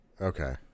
Okay